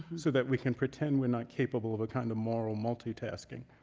so that we can pretend we're not capable of a kind of moral multitasking.